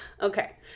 Okay